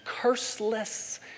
curseless